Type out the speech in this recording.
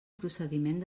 procediment